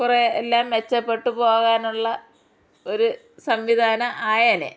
കുറേ എല്ലാം മെച്ചപ്പെട്ട് പോകാനുള്ള ഒരു സംവിധാനം ആയേനെ